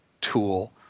tool